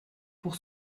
pour